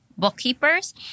bookkeepers